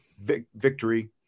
victory